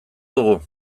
dugu